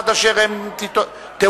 עד אשר הן תאוחדנה,